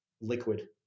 liquid